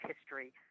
history